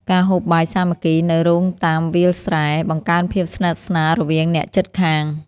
ការហូបបាយសាមគ្គីនៅរោងតាមវាលស្រែ បង្កើនភាពស្និទ្ធស្នាលរវាងអ្នកជិតខាង។